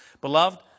Beloved